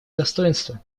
достоинства